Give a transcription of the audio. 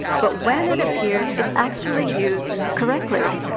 but when it appears, it's actually used correctly,